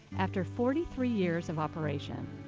after forty three years of operation.